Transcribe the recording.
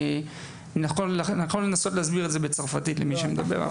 אני יכול לנסות להסביר את זה בצרפתית, למי שמדבר.